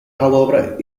however